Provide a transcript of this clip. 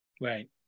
right